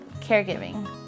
Caregiving